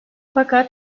fakat